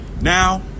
Now